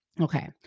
Okay